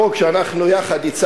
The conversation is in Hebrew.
עכשיו יש לי הצעת חוק שאנחנו יחד הצענו,